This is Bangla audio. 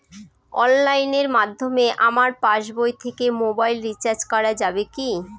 অনলাইনের মাধ্যমে আমার পাসবই থেকে মোবাইল রিচার্জ করা যাবে কি?